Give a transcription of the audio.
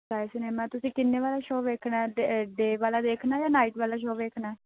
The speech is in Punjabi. ਸਕਾਈ ਸਿਨੇਮਾ ਤੁਸੀਂ ਕਿੰਨੇ ਵਾਲਾ ਸ਼ੋਅ ਵੇਖਣਾ ਡੇ ਡੇਅ ਵਾਲਾ ਦੇਖਣਾ ਜਾਂ ਨਾਈਟ ਵਾਲਾ ਸ਼ੋ ਵੇਖਣਾ